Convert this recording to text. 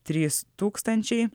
trys tūkstančiai